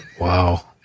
wow